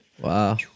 wow